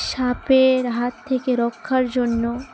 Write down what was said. সাপের হাত থেকে রক্ষার জন্য